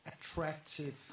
attractive